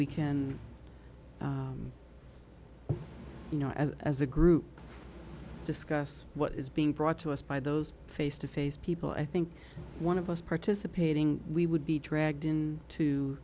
we can you know as as a group discuss what is being brought to us by those face to face people i think one of us participating we would be dragged in to